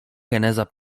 geneza